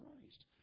Christ